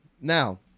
Now